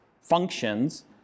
functions